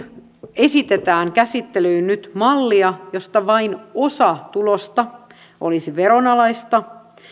esitetään käsittelyyn nyt mallia jossa vain osa tulosta olisi veronalaista